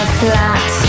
flat